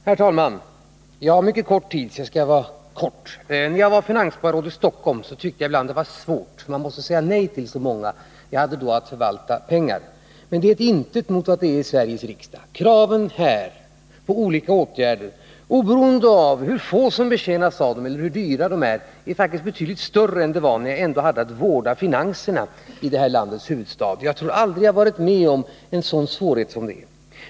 Herr talman! Jag har mycket kort tid på mig, och jag skall fatta mig kort. När jag var finansborgarråd i Stockholm tyckte jag ibland att det var svårt. Man måste säga nej till många. Jag hade då att förvalta pengar — men det var ett intet mot vad det är i Sveriges riksdag. Kraven här på olika åtgärder, oberoende av hur få som betjänas av dem eller hur dyra de är, är betydligt större än kraven var då jag ändå hade att vårda finanserna i det här landets huvudstad. Jag tror att jag aldrig har varit med om sådana svårigheter som nu.